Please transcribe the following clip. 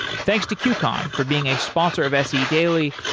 thanks to qcon for being a sponsor of se daily,